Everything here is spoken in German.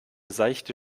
seichte